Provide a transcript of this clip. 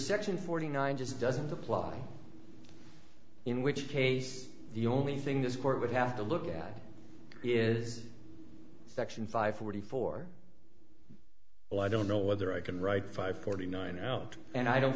section forty nine just doesn't apply in which case the only thing this court would have to look at is section five forty four well i don't know whether i can write five forty nine out and i don't